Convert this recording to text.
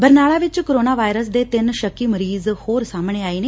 ਬਰਨਾਲਾ ਵਿਚ corona virus ਦੇ ਤਿੰਨ ਸ਼ੱਕੀ ਮਰੀਜ਼ ਹੋਰ ਸਾਹਮਣੇ ਆਏ ਨੇ